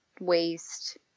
waste